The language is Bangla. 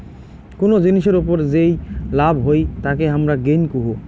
কুনো জিনিসের ওপর যেই লাভ হই তাকে হামারা গেইন কুহু